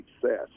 success